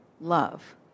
love